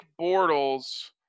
Bortles